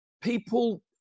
people